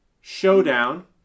showdown